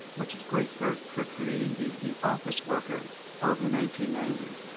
which is great for for creating the the office worker of the nineteen ninety s,